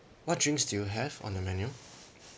what drinks do you have on the menu